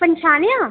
पन्छानेआ